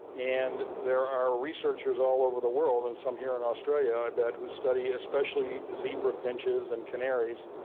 and there are researchers all over the world and some here in australia i bet who study especially zebra finches and canaries,